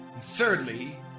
Thirdly